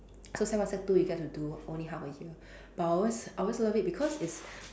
so sec one sec two we get to do only half a year but I always I always love it because it's